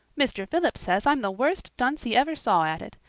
mr. phillips says i'm the worst dunce he ever saw at it.